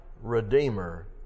Redeemer